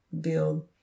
build